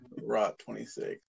Rot26